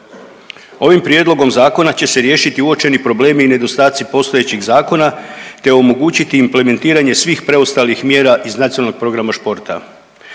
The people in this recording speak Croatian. Ovim prijedlog zakona će se riješiti uočeni problemi i nedostaci postojećih zakona te omogući implementiranje svih preostalih mjera iz Nacionalnog programa športa.